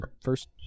first